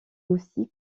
aussi